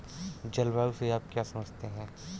जलवायु से आप क्या समझते हैं?